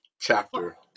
Chapter